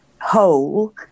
whole